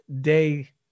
day